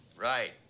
Right